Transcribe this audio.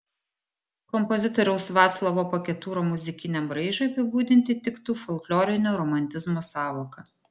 kompozitoriaus vaclovo paketūro muzikiniam braižui apibūdinti tiktų folklorinio romantizmo sąvoka